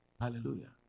Hallelujah